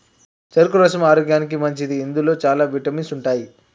చెరుకు రసం ఆరోగ్యానికి మంచిది ఇందులో చాల విటమిన్స్ ఉంటాయి